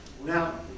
Now